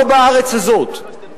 לא בארץ הזאת.